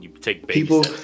People